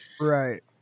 Right